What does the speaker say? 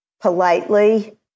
politely